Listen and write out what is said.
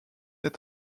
est